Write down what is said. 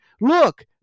look